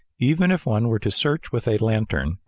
even if one were to search with a lantern,